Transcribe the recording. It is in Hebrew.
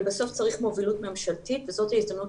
אבל בסוף צריך מובילות ממשלתית וזאת ההזדמנות